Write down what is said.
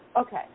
okay